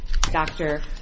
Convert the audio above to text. Dr